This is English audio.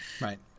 right